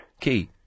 key